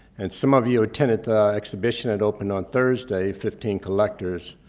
and some of you attended the exhibition that opened on thursday, fifteen collectors.